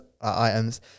items